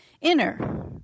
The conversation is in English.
Inner